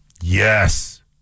Yes